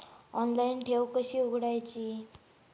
Online ठेव कशी उघडायची?